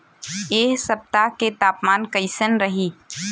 एह सप्ताह के तापमान कईसन रही?